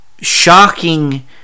shocking